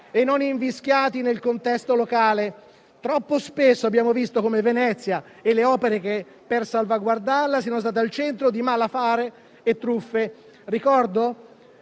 e non invischiati nel contesto locale. Troppo spesso abbiamo visto come Venezia e le opere per salvaguardarla siano state al centro di malaffare e truffe. Ricordo